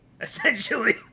Essentially